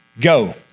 go